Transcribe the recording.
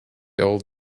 old